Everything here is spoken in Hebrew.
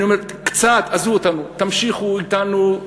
אני אומר, קצת, עזבו אותנו, תמשיכו אתנו,